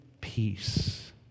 peace